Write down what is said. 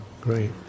great